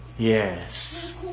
Yes